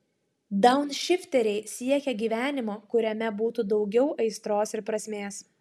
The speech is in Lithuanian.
daunšifteriai siekia gyvenimo kuriame būtų daugiau aistros ir prasmės